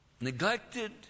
Neglected